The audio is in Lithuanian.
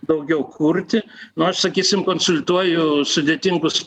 daugiau kurti nu aš sakysim konsultuoju sudėtingus